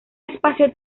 espacio